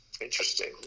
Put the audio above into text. Interesting